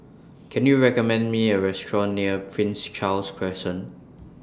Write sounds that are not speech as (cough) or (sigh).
(noise) Can YOU recommend Me A Restaurant near Prince Charles Crescent